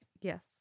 Yes